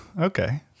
Okay